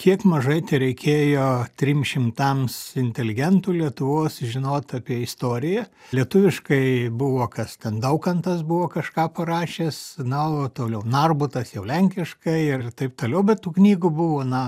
kiek mažai tereikėjo trims šimtams inteligentų lietuvos žinot apie istoriją lietuviškai buvo kas ten daukantas buvo kažką parašęs na o toliau narbutas jau lenkiškai ir taip toliau bet tų knygų buvo na